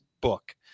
book